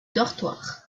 dortoir